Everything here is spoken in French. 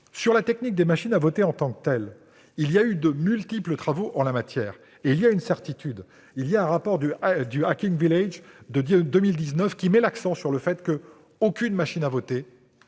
Sur la technique des machines à voter en tant que telle, il y a eu de multiples travaux en la matière. Il existe une certitude : un rapport du HackingVillage de 2019 souligne qu'aucune machine à voter